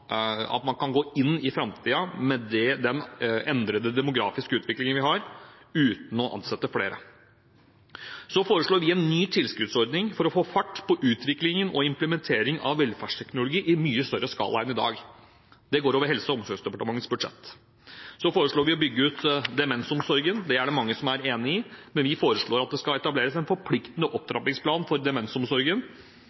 at man kan gå inn i framtiden med den endrede demografiske utviklingen vi har, uten å ansette flere. Vi foreslår en ny tilskuddsordning for å få fart på utvikling og implementering av velferdsteknologi i mye større skala enn i dag. Det går over Helse- og omsorgsdepartementets budsjett. Vi foreslår å bygge ut demensomsorgen. Det er det mange som er enig i, men vi foreslår at det skal etableres en forpliktende opptrappingsplan for demensomsorgen,